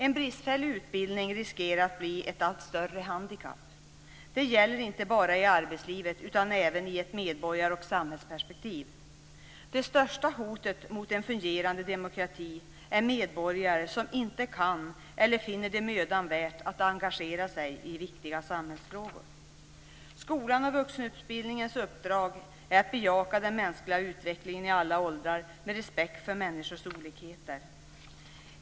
En bristfällig utbildning riskerar att bli ett allt större handikapp. Det gäller inte bara i arbetslivet, utan även i ett medborgar och samhällsperspektiv. Det största hotet mot en fungerande demokrati är medborgare som inte kan eller finner det mödan värt att engagera sig i viktiga samhällsfrågor. Skolans och vuxenutbildningens uppdrag är att bejaka den mänskliga utvecklingen i alla åldrar med respekt för människors olikheter.